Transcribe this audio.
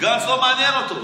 גנץ, לא מעניין אותו.